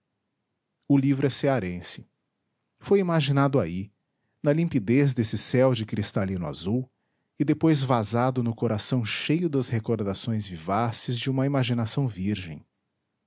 o livro é cearense foi imaginado aí na limpidez desse céu de cristalino azul e depois vazado no coração cheio das recordações vivaces de uma imaginação virgem